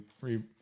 re